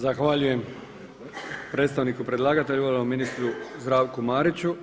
Zahvaljujem predstavniku predlagatelju ministru Zdravku Mariću.